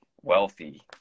wealthy